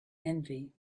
envy